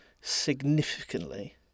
significantly